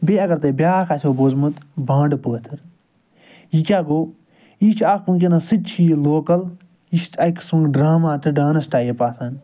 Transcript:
بیٚیہِ اگر تۄہہِ بیٛاکھ آسوٕ بوٗزمُت بانڈٕ پٲتھٕر یہِ کیٛاہ گوٚو یہِ چھُ اَکھ وُنٛکیٚس سُہ تہِ چھُ یہِ لوکَل یہِ چھُ اَکہِ قٕسمُک ڈرٛامہ تہٕ ڈانَس ٹایپ آسان